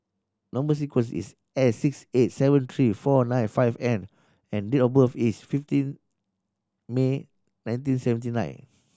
number sequence is S six eight seven three four nine five N and date of birth is fifteen May nineteen seventy nine